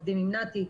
עם נת"י,